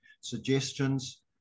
suggestions